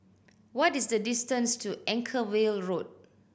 what is the distance to Anchorvale Road